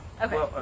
Okay